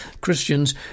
Christians